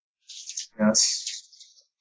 Yes